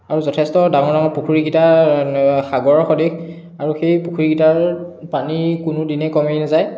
আৰু যথেষ্ট ডাঙৰ ডাঙৰ পুখুৰীকেইটা সাগৰৰ সদৃশ আৰু সেই পুখুৰীকেইটাৰ পানী কোনোদিনেই কমি নেযায়